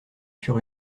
sur